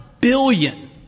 billion